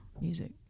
music